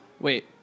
Wait